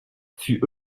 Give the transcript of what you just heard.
fut